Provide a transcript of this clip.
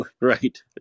Right